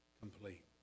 complete